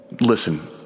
Listen